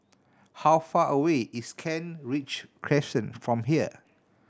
how far away is Kent Ridge Crescent from here